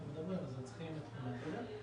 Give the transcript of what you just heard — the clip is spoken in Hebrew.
הולכים ל-...